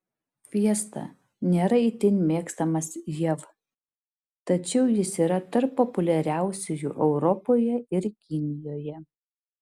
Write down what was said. fiesta nėra itin mėgstamas jav tačiau jis yra tarp populiariausių europoje ir kinijoje